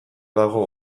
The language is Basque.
dago